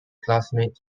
classmates